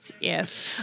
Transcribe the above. yes